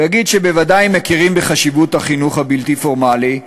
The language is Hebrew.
ויגיד שבוודאי מכירים בחשיבות החינוך הבלתי-פורמלי,